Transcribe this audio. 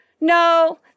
no